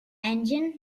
engine